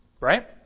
right